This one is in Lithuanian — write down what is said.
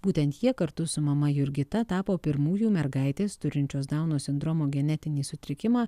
būtent jie kartu su mama jurgita tapo pirmųjų mergaitės turinčios dauno sindromo genetinį sutrikimą